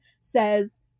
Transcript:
says